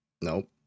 Nope